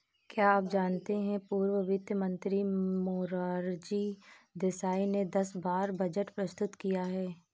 क्या आप जानते है पूर्व वित्त मंत्री मोरारजी देसाई ने दस बार बजट प्रस्तुत किया है?